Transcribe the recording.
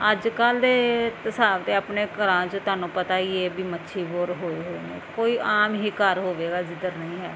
ਅੱਜ ਕੱਲ੍ਹ ਦੇ ਤਾਂ ਸਭ ਦੇ ਆਪਣੇ ਘਰਾਂ 'ਚ ਤੁਹਾਨੂੰ ਪਤਾ ਹੀ ਹੈ ਵੀ ਮੱਛੀ ਬੋਰ ਹੋਏ ਹੋਏ ਨੇ ਕੋਈ ਆਮ ਹੀ ਘਰ ਹੋਵੇਗਾ ਜਿੱਧਰ ਨਹੀਂ ਹੈ